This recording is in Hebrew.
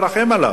מרחם עליו.